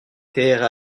terre